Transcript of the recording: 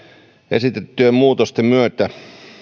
esitettyjen muutosten myötä